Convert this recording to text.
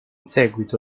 seguito